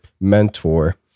mentor